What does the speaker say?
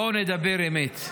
בואו נדבר אמת.